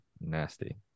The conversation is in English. nasty